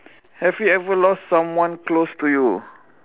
have you ever lost someone close to you